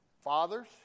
Fathers